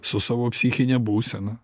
su savo psichine būsena